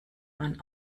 man